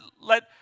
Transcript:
let